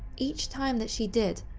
each time that she did,